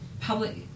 public